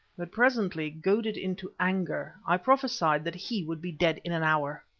but presently, goaded into anger, i prophesied that he would be dead in an hour!